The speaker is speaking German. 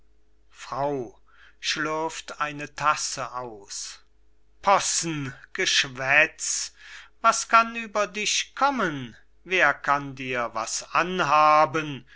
aus possen geschwätz was kann über dich kommen wer kann dir was anhaben